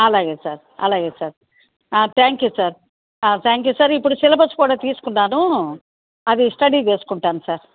అలాగే సార్ అలాగే sir thank you sir thank you sir ఇప్పుడు సిలబస్ కూడా తీసుకున్నాను అది స్టడీ చేసుకుంటాను సార్